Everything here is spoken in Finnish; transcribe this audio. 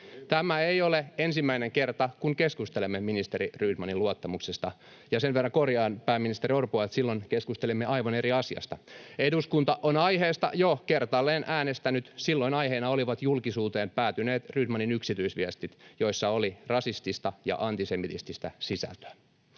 Tämä ei ole ensimmäinen kerta, kun keskustelemme ministeri Rydmanin luottamuksesta. Ja sen verran korjaan pääministeri Orpoa, että silloin keskustelimme aivan eri asiasta. [Vilhelm Junnilan välihuuto] Eduskunta on aiheesta jo kertaalleen äänestänyt. Silloin aiheena olivat julkisuuteen päätyneet Rydmanin yksityisviestit, joissa oli rasistista ja antisemitististä sisältöä.